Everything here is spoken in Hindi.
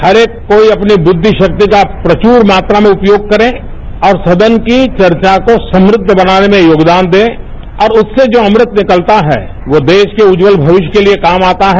हर एक कोई अपनी बुद्धिशक्ति का प्रचुर मात्रा में उपयोग करें और संसद की चर्चा को समृद्ध बनाने में योगदान दें और उससे जो अमृत निकलता है वो देश के उज्जवल भविष्य के लिए काम आता है